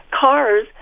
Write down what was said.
cars